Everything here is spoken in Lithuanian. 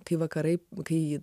kai vakarai kai ji